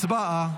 הצבעה.